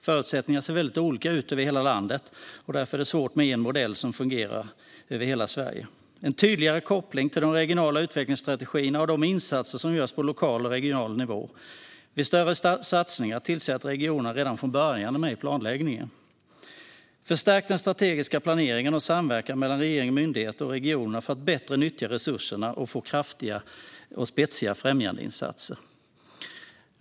Förutsättningarna ser väldigt olika ut över landet, och därför är det svårt med en modell som ska fungera över hela Sverige. En tydligare koppling behövs till de regionala utvecklingsstrategierna och de insatser som görs på lokal och regional nivå. Vid större satsningar bör man tillse att regionerna redan från början är med i planläggningen. Förstärk den strategiska planeringen och samverkan mellan regering och myndigheter och regionerna för att bättre nyttja resurserna och få kraftfulla och spetsiga främjandeinsatser.